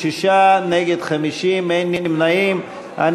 ההסתייגות (6) של קבוצת סיעת המחנה הציוני לסעיף 5 לא נתקבלה.